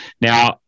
Now